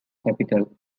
capital